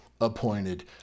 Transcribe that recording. appointed